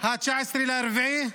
19 באפריל.